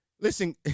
Listen